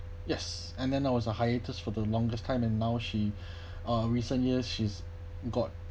yes and then I was a hiatus for the longest time and now she uh recent years she's got